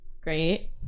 great